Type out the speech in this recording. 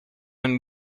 and